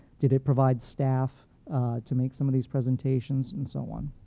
did it provide staff to make some of these presentations and so on.